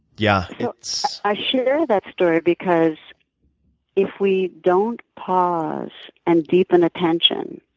yeah, it's, i share that story because if we don't pause and deepen attention,